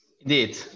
Indeed